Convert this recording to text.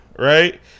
Right